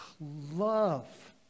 love